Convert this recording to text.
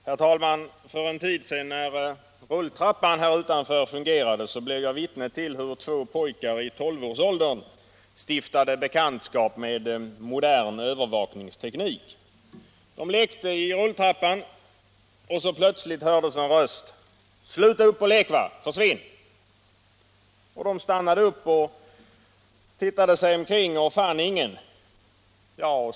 Herr talman! För en tid sedan, när rulltrappan i riksdagshusets entré fungerade, blev jag vittne till hur två pojkar i tolvårsåldern stiftade bekantskap med modern övervakningsteknik. De lekte i rulltrappan, och plötsligt hördes en röst: Sluta upp att leka! Försvinn! De stannade upp och tittade sig omkring och fann ingenting.